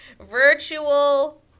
virtual